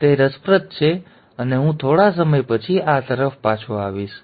હવે તે રસપ્રદ છે અને હું થોડા સમય પછી આ તરફ પાછો આવીશ